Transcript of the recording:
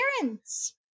parents